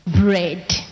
bread